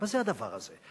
מה זה הדבר הזה?